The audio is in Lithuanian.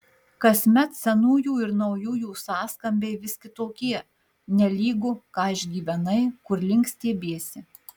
kasmet senųjų ir naujųjų sąskambiai vis kitokie nelygu ką išgyvenai kur link stiebiesi